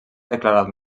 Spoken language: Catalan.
declarat